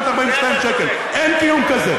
כזה.